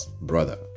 brother